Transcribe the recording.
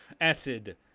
Acid